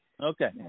Okay